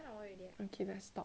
okay let's stop